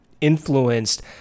influenced